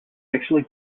actually